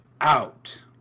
out